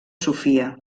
sofia